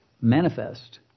manifest